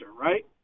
right